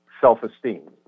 self-esteem